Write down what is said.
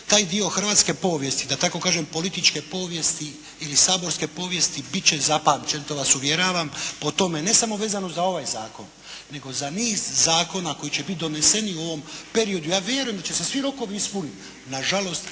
taj dio hrvatske povijesti, da tako kažem političke povijesti ili saborske povijesti bit će zapamćen, to vas uvjeravam, po tome ne samo vezano za ovaj zakon, nego za niz zakona koji će biti doneseni u ovom periodu. Ja vjerujem da će se svi rokovi ispuniti. Nažalost